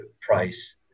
price